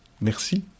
Merci